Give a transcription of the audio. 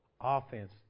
offense